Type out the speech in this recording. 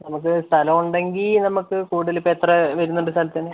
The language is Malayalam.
നമുക്ക് സ്ഥലമുണ്ടെങ്കിൽ നമുക്ക് കൂടുതല് ഇപ്പോൾ എത്ര വരുന്നുണ്ട് സ്ഥലത്തിന്